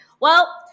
Well-